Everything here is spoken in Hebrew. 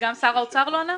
גם שר האוצר לא ענה?